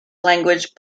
language